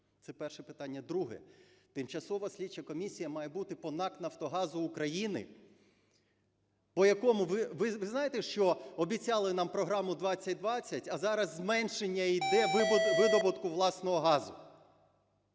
Це перше питання. Друге. Тимчасова слідча комісія має бути по НАК "Нафтогазу України", по якому... Ви знаєте, що обіцяли нам програму 2020, а зараз зменшення іде видобутку власного газу.